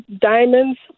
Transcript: Diamonds